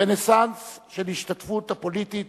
"רנסנס" של ההשתתפות הפוליטית